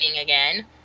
again